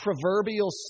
proverbial